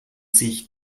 sich